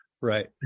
right